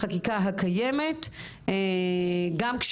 לצד מנהיגות יש גם אחריות.